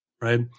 right